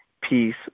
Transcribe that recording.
peace